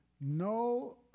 No